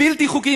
בלתי חוקיים,